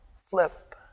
flip